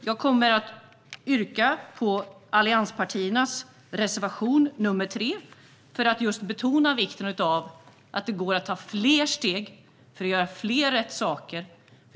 Jag yrkar bifall till allianspartiernas reservation nr 3 för att just betona vikten av att det går att ta fler steg för att göra fler rätta saker.